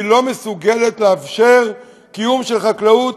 היא לא מסוגלת לאפשר קיום של חקלאות,